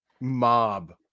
mob